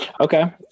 Okay